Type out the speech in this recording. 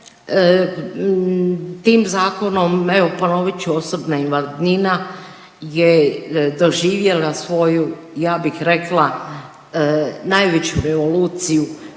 tim zakonom evo ponovit ću, osobna invalidnina je doživjela svoju ja bih rekla najveću revoluciju